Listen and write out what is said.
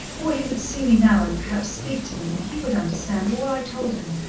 or he would see me now, and perhaps speak to me, and he would understand all i told him,